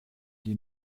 die